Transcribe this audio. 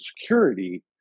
security